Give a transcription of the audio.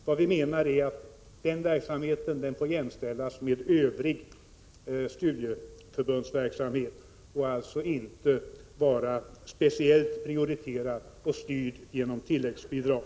Vad vi menar är att den verksamheten får jämställas med övrig studieförbundsverksamhet. Den skall alltså inte vara speciellt prioriterad och styrd genom tilläggsbidrag.